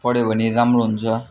पढ्यौँ भने राम्रो हुन्छ